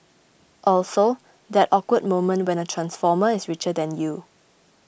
also that awkward moment when a transformer is richer than you